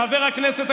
חבר הכנסת,